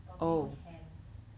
but 没有 ham